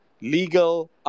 legal